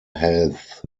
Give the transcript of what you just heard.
health